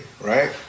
right